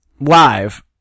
live